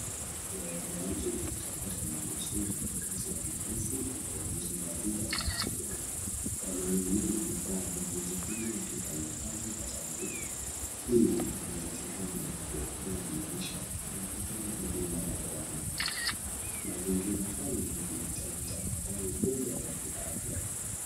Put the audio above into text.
Waokoaji wametafuta manusura kati ya vifusi ikionyesha dharura ya afya. Wamevalia vifaa vya kujikinga wakifanya kazi hatari. Hii ni jitihada ya kuokoa maisha na kutoa huduma ya kwanza. Mazingira haya yanahitaji tahadhari kubwa ya kiafya.